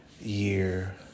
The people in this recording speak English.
year